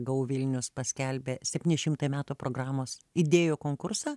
gau vilnius paskelbė septyni šimtai metų programos idėjų konkursą